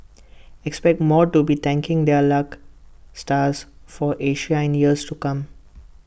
expect more to be thanking their luck stars for Asia in years to come